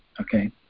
Okay